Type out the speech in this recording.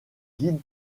guides